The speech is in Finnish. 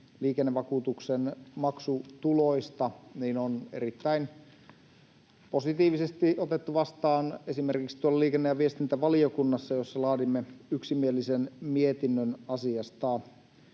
liikennevakuutuksen maksutuloista on erittäin positiivisesti otettu vastaan esimerkiksi liikenne- ja viestintävaliokunnassa, jossa laadimme yksimielisen mietinnön asiasta.